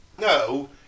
No